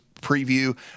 preview